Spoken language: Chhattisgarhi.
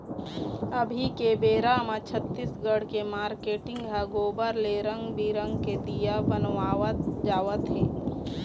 अभी के बेरा म छत्तीसगढ़ के मारकेटिंग ह गोबर ले रंग बिंरग के दीया बनवात जावत हे